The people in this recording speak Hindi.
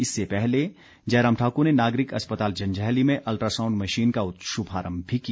इससे पहले जयराम ठाकुर ने नागरिक अस्पताल जंजैहली में अल्ट्रासाउंड मशीन का शुभारंभ भी किया